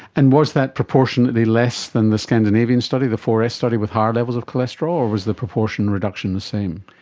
and was that proportionately less than the scandinavian study, the four s study with higher levels of cholesterol, or was the proportion reduction the same?